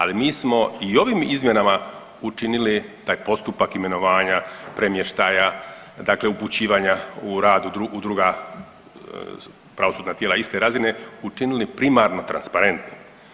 Ali mi smo i ovim izmjenama učinili taj postupak imenovanja, premještaja, dakle upućivanja u rad u druga pravosudna tijela iste razine učinili primarno transparentno.